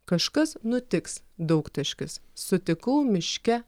kažkas nutiks daugtaškis sutikau miške